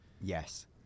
Yes